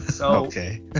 okay